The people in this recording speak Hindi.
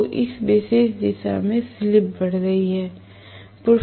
तो इस विशेष दिशा में स्लिप बढ़ रही है